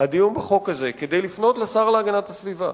הדיון בחוק הזה כדי לפנות לשר להגנת הסביבה